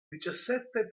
diciassette